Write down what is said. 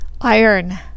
iron